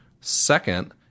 Second